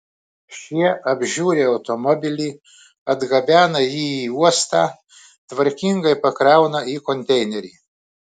šie apžiūri automobilį atgabena jį į uostą tvarkingai pakrauna į konteinerį